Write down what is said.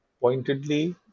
pointedly